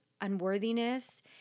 unworthiness